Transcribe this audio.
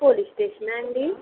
police స్టేషనా అండి